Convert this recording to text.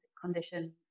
condition